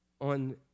on